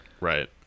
Right